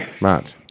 matt